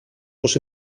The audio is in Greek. πως